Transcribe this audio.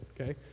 okay